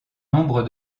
nombre